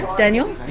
daniel.